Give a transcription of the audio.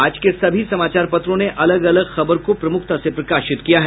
आज के सभी समाचार पत्रों ने अलग अलग को प्रमुखता से प्रकाशित किया है